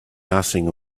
nothing